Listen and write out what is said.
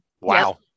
Wow